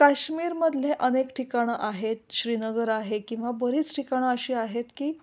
काश्मीरमधले अनेक ठिकाणं आहेत श्रीनगर आहे किंवा बरीच ठिकाणं अशी आहेत की